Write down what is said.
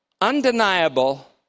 undeniable